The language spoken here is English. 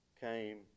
came